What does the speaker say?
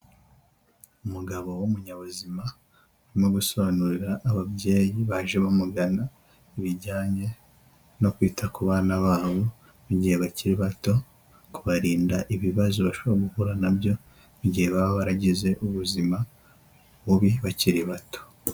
Umugabo w'umunyabuzima, arimo gusobanurira ababyeyi baje bamugana, ibijyanye no kwita ku bana babo mu gihe bakiri bato, kubarinda ibibazo bashobora guhura na byo igihe baba baragize ubuzima bubi bakiri bato.